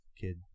kid